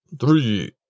Three